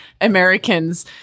Americans